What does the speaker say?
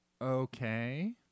Okay